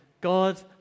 God